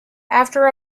after